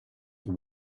the